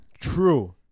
True